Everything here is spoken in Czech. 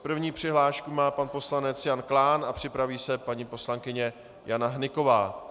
První přihlášku má pan poslanec Jan Klán a připraví se paní poslankyně Jana Hnyková.